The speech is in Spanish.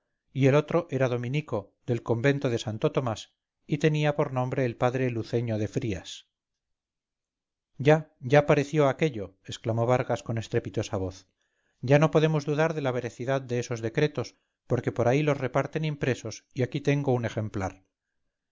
y el otro era dominico del convento de santo tomás y tenía por nombre el padre luceño de frías ya ya pareció aquello exclamó vargas con estrepitosa voz ya no podemos dudar de la veracidad de esos decretos porque por ahí los reparten impresos y aquí tengo un ejemplar